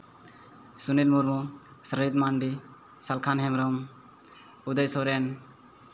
Sunil Murmu Surojit Mandi Salkhan Hembrom Budai Soren